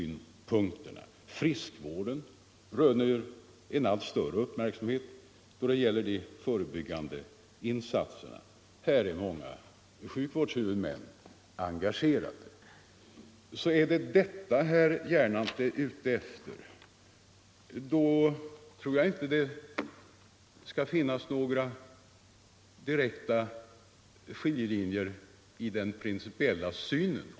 Friskvården röner en allt större uppmärksamhet då det gäller de förebyggande insatserna. Här är många sjukvårdshuvudmän engagerade. Om det är de förebyggande åtgärderna på hälsooch sjukvårdsområdet som herr Gernandt vill diskutera, då tror jag inte att det skall finnas några direkta skiljelinjer i den principiella synen.